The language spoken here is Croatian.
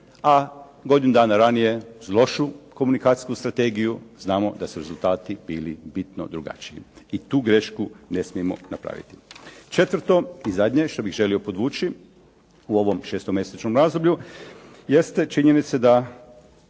a godinu dana ranije uz lošu komunikacijsku strategiju znamo da su rezultati bili bitno lošiji, i tu grešku ne smijemo napraviti. Četvrto i zadnje što bih želio podvući u ovom 6-mjesečnom razdoblju jeste činjenica da